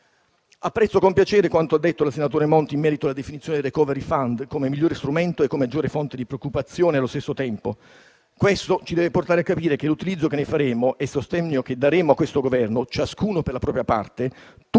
Apprezzo con piacere quanto detto dal senatore Monti in merito alla definizione del *recovery fund* come migliore strumento e maggiore fonte di preoccupazione allo stesso tempo. Questo ci deve portare a capire che l'utilizzo che ne faremo e il sostegno che daremo a questo Governo - ciascuno per la propria parte,